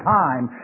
time